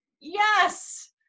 Yes